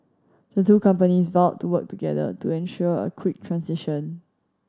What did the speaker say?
the two companies vowed to work together to ensure a quick transition